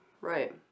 right